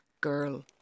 girl